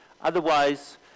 Otherwise